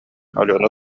алена